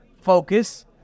focus